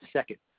Second